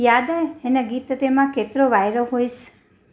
यादि आहे हिन गीत ते मां केतिरो वायरो हुअसि